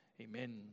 Amen